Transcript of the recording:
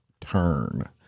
turn